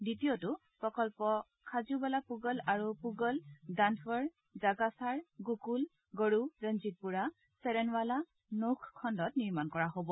দ্বিতীয়টো প্ৰকন্প খাজুৱালা পুগল আৰু পুগল দ্যান্তৱৰ জাগাছাৰ গকুল গডু ৰঞ্জিতপুৰা চৰণৱালা নৌখ খণ্ডত নিৰ্মাণ কৰা হ'ব